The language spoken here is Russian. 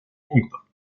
пунктов